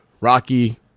Rocky